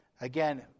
Again